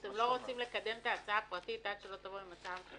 אתם לא רוצים לקדם את הצעת החוק הפרטית עד שתבואו עם הצעת חוק ממשלתית?